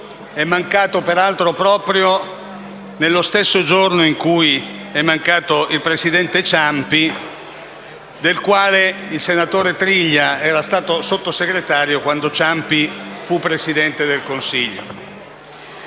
è mancato proprio nello stesso giorno in cui è mancato il presidente Ciampi, del quale il senatore Triglia è stato sottosegretario quando Ciampi era Presidente del Consiglio.